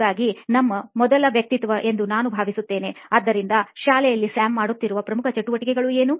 ಹಾಗಾಗಿ ನಮ್ಮ ಮೊದಲ ವ್ಯಕ್ತಿತ್ವ ಎಂದು ನಾನು ಭಾವಿಸುತ್ತೇನೆ ಆದ್ದರಿಂದ ಶಾಲೆಯಲ್ಲಿ ಸ್ಯಾಮ್ ಮಾಡುತ್ತಿರುವ ಪ್ರಮುಖ ಚಟುವಟಿಕೆ ಏನು